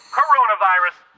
coronavirus